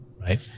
right